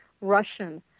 Russian